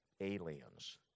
aliens